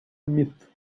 myth